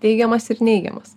teigiamas ir neigiamas